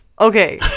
Okay